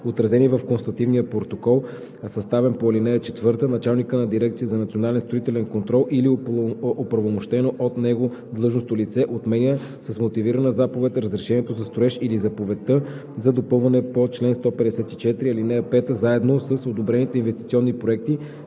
отразени в констативния протокол, съставен по ал. 4, началникът на Дирекцията за национален строителен контрол или оправомощено от него длъжностно лице отменя с мотивирана заповед разрешението за строеж или заповедта за допълване по чл. 154, ал. 5, заедно с одобрените инвестиционни проекти,